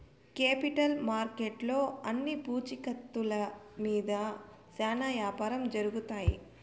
capital మార్కెట్లో అన్ని పూచీకత్తుల మీద శ్యానా యాపారం జరుగుతాయి